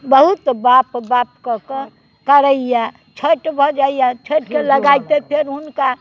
बहुत बाप बाप कऽकऽ करैया छठि भऽ जाइया छठि लगाइते फेर हुनका